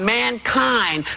mankind